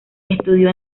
estudió